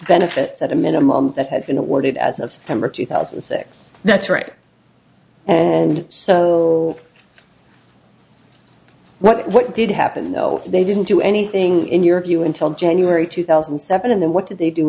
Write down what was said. benefits at a minimum that had been awarded as of september two thousand and six that's right and so what did happen though they didn't do anything in your view until january two thousand and seven and then what did they do